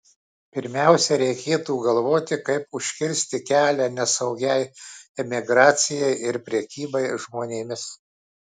pirmiausia reikėtų galvoti kaip užkirsti kelią nesaugiai emigracijai ir prekybai žmonėmis